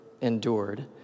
endured